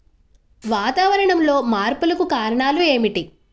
వాతావరణంలో మార్పులకు కారణాలు ఏమిటి?